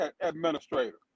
administrator